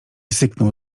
syknął